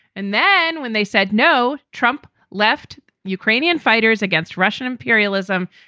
and then when they said no, trump left ukrainian fighters against russian imperialism.